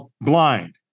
blind